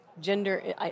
gender